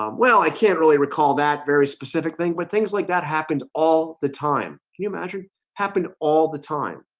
um well, i can't really recall that very specific thing but things like that happens all the time can you imagine happened all the time?